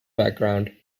background